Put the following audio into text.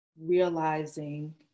realizing